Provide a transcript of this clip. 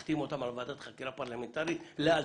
אחתים אותם על ועדת חקירה פרלמנטרית שתקום לאלתר,